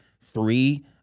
three